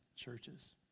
Churches